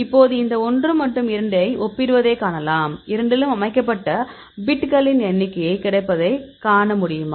இப்போது இந்த 1 மற்றும் 2 ஐ ஒப்பிடுவதை காணலாம் இரண்டிலும் அமைக்கப்பட்ட பிட்களின் எண்ணிக்கை கிடைப்பதை காண முடியுமா